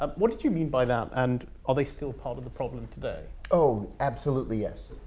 um what did you mean by that, and are they still part of the problem today? oh, absolutely yes.